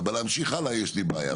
אבל עם ההמשך הלאה יש לי בעיה.